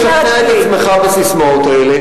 אני מקווה שאתה מצליח לשכנע את עצמך בססמאות האלה.